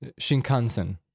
shinkansen